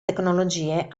tecnologie